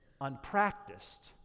unpracticed